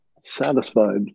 satisfied